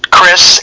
Chris